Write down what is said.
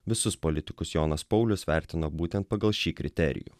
visus politikus jonas paulius vertino būtent pagal šį kriterijų